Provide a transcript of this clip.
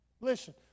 Listen